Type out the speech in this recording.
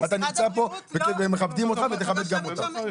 אתה נמצא פה ומכבדים אותך, אז תכבד גם אותנו.